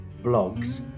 blogs